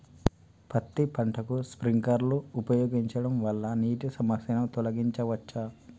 పత్తి పంటకు స్ప్రింక్లర్లు ఉపయోగించడం వల్ల నీటి సమస్యను తొలగించవచ్చా?